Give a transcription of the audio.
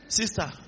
sister